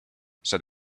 said